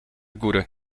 góry